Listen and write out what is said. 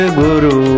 guru